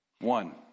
One